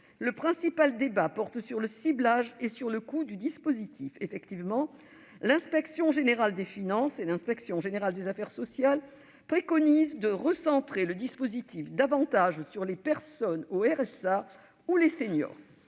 Le principal débat porte sur le ciblage et le coût du dispositif. Effectivement, l'inspection générale des finances et l'inspection générale des affaires sociales préconisent de recentrer le dispositif davantage sur les bénéficiaires du revenu